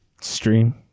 Stream